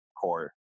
core